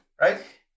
right